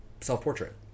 self-portrait